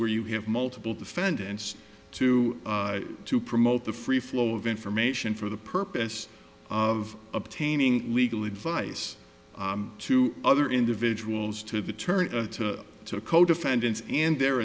where you have multiple defendants to to promote the free flow of information for the purpose of obtaining legal advice to other individuals to the turn to co defendants and their